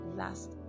last